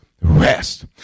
rest